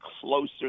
closer